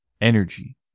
energy